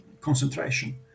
concentration